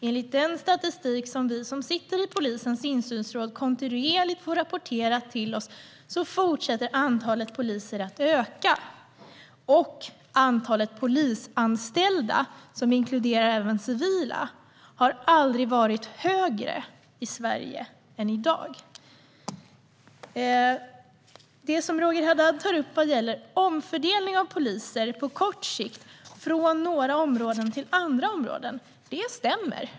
Enligt den statistik som vi som sitter i polisens insynsråd kontinuerligt får rapporterad till oss fortsätter antalet poliser att öka, och antalet polisanställda, vilket inkluderar även civila, har aldrig varit högre än i dag. Det som Roger Haddad tar upp vad gäller omfördelning av poliser på kort sikt från vissa områden till andra områden stämmer.